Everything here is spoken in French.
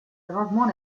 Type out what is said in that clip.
gravement